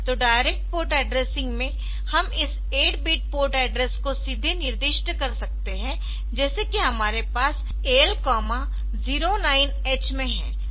तो direct port addressing में हम इस 8 बिट पोर्ट एड्रेस को सीधे निर्दिष्ट कर सकते है जैसे कि हमारे पास AL 09H में है